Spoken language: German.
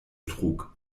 trug